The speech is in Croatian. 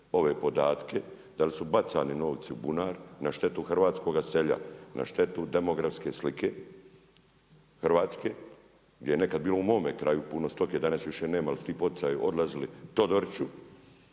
ove podatke dal i su bacani novci u bunar na štetu hrvatskoga sela, na štetu demografske slike Hrvatske gdje je nekad bilo u mome kraju puno stoke, danas više nema jer svi poticaji su odlazili Todoriću,